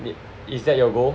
is is that your goal